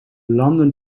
london